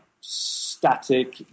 static